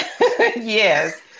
Yes